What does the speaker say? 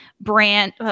brand